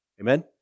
Amen